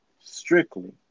strictly